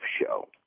show